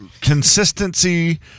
consistency